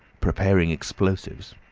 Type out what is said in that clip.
preparing explosives,